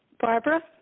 Barbara